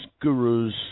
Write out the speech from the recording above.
gurus